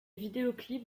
vidéoclip